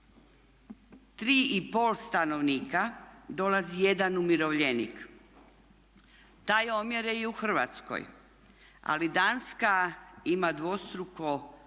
tri i pol stanovnika dolazi jedan umirovljenik. Taj omjer je i u Hrvatskoj, ali Danska ima dvostruko veći